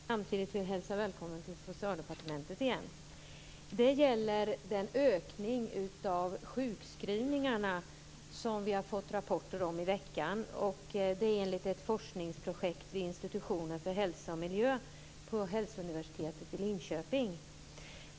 Fru talman! Jag har en fråga till statsrådet Ingela Thalén, som jag samtidigt vill hälsa välkommen till Socialdepartementet igen. Det gäller den ökning av sjukskrivningarna som vi har fått rapporter om i veckan från ett forskningsprojekt vid Institutionen för hälsa och miljö på Hälsouniversitetet i Linköping.